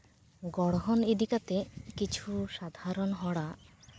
ᱜᱚᱲᱦᱚᱱ ᱤᱫᱤ ᱠᱟᱛᱮᱫ ᱠᱤᱪᱷᱩ ᱥᱟᱫᱷᱟᱨᱚᱱ ᱦᱚᱲᱟᱜ